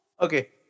Okay